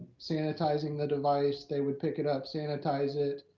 sanitizing, the device, they would pick it up, sanitize it,